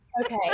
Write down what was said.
okay